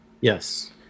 Yes